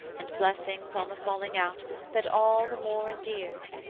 and blessings on the falling out that all the more endears,